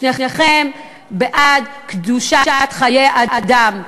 שניכם בעד קדושת חיי אדם.